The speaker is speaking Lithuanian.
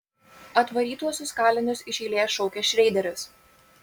atvarytuosius kalinius iš eilės šaukia šreideris